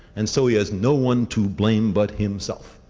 and so he has no one to blame but himself.